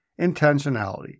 intentionality